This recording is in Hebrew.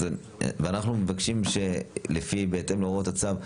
ואנחנו מבקשים שבהתאם להוראות הצו,